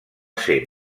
ser